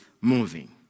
moving